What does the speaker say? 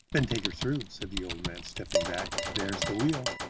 then take her through, said the old man, stepping back there is the wheel.